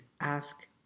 ask